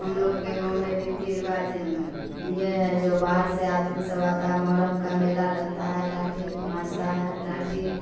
ہم لوگ کے گاؤں میں ریتی رواج یہ ہے جو باہر سے آدمی سب آتا ہے محرم کا میلا لگتا ہے لاٹھی بھانجتا ہے لاٹھی